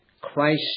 Christ